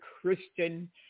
christian